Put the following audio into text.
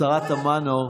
השרה תמנו.